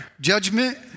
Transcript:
Judgment